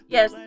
Yes